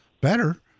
better